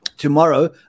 Tomorrow